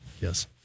yes